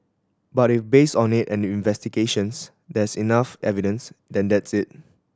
but if based on it and the investigations there's enough evidence then that's it